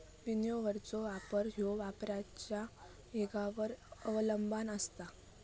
विनोव्हरचो वापर ह्यो वाऱ्याच्या येगावर अवलंबान असता